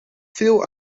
veel